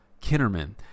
Kinnerman